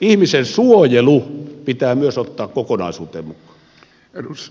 ihmisen suojelu pitää myös ottaa kokonaisuuteen mukaan